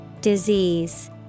Disease